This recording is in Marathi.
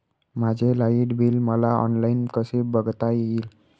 माझे लाईट बिल मला ऑनलाईन कसे बघता येईल?